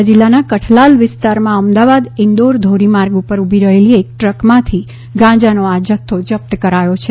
ખેડા જિલ્લાના કઠલાલ વિસ્તાર માં અમદાવાદ ઈન્દોર ધોરીમાર્ગ ઉપર ઉભી રહેલી એક ટ્રકમાંથી ગાંજાનો આ જથ્થો જપ્ત કરાયો છે